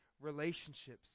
relationships